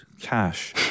cash